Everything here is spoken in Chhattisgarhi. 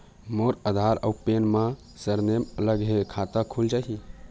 मोर आधार आऊ पैन मा सरनेम अलग हे खाता खुल जहीं?